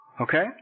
Okay